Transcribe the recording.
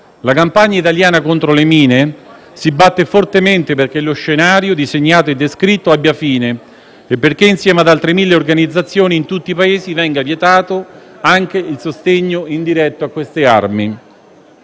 La campagna italiana contro le mine si batte fortemente perché lo scenario disegnato e descritto abbia fine e perché, insieme ad altre mille organizzazioni in tutti i Paesi, venga vietato anche il sostegno indiretto a queste armi.